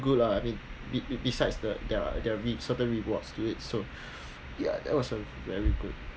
good lah I mean it besides the there are there are re~ certain rewards to it so ya that was a very good